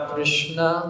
Krishna